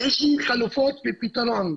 ויש לי חלופות ופתרון.